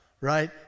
right